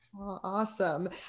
Awesome